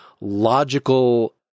logical